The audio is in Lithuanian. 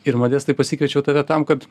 ir modestai pasikviečiau tave tam kad